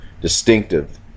distinctive